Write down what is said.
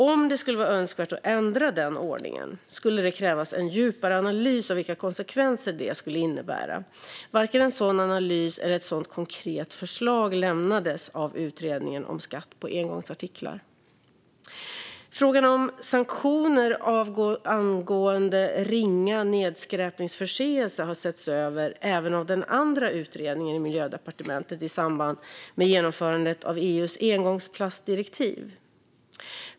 Om det skulle vara önskvärt att ändra den ordningen skulle det krävas en djupare analys av vilka konsekvenser det skulle innebära. Varken en sådan analys eller ett konkret förslag lämnades av utredningen om skatt på engångsartiklar. Frågan om sanktioner angående ringa nedskräpningsförseelse har setts över även av den andra utredningen i Miljödepartementet i samband med genomförandet av EU:s engångsplastdirektiv.